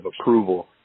approval